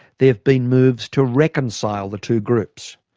there have been moves to reconcile the two groups,